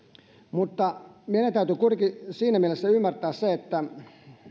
mutta meidän täytyy kuitenkin ymmärtää se että